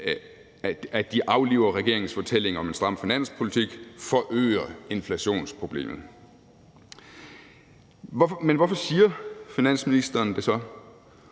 at de »afliver regeringens fortælling om en stram finanspolitik: »Forøger inflationsproblemet««. Men hvorfor siger finansministeren det så?